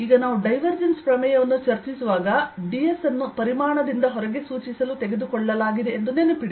ಈಗ ನಾವು ಡೈವರ್ಜೆನ್ಸ್ ಪ್ರಮೇಯವನ್ನು ಚರ್ಚಿಸುವಾಗ ds ಅನ್ನು ಪರಿಮಾಣದಿಂದ ಹೊರಗೆ ಸೂಚಿಸಲು ತೆಗೆದುಕೊಳ್ಳಲಾಗಿದೆ ಎಂದು ನೆನಪಿಡಿ